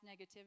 negativity